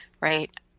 Right